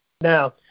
Now